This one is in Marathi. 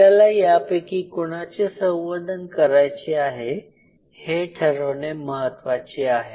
आपल्याला यापैकी कुणाचे संवर्धन करायचे आहे हे ठरवणे महत्वाचे आहे